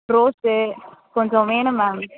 rose கொஞ்சம் வேணும் ma'am